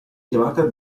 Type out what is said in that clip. chiamata